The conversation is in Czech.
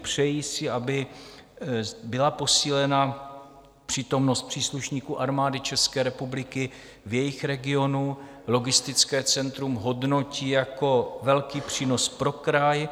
Přejí si, aby byla posílena přítomnost příslušníků Armády České republiky v jejich regionu, logistické centrum hodnotí jako velký přínos pro kraj.